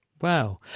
Wow